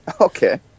Okay